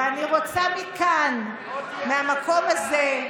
ואני רוצה מכאן, מהמקום הזה,